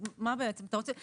אז מה בעצם אתה רוצה?